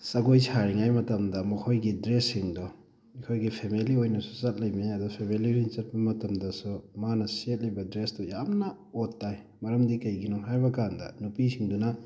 ꯖꯒꯣꯏ ꯁꯥꯔꯤꯉꯩ ꯃꯇꯝꯗ ꯃꯈꯣꯏꯒꯤ ꯗ꯭ꯔꯦꯁꯁꯤꯡꯗꯣ ꯑꯩꯈꯣꯏꯒꯤ ꯐꯦꯃꯤꯂꯤ ꯑꯣꯏꯅꯁꯨ ꯆꯠꯂꯤꯝꯅꯤ ꯑꯗꯨ ꯐꯦꯃꯤꯂꯤ ꯑꯣꯏꯅ ꯆꯠꯄ ꯃꯇꯝꯗꯁꯨ ꯃꯥꯅ ꯁꯦꯠꯂꯤꯕ ꯗ꯭ꯔꯦꯁꯇꯨ ꯌꯥꯝꯅ ꯑꯣꯠ ꯇꯥꯏ ꯃꯔꯝꯗꯤ ꯀꯩꯒꯤꯅꯣ ꯍꯥꯏꯕꯀꯥꯟꯗ ꯅꯨꯄꯤꯁꯤꯡꯗꯨꯅ